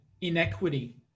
inequity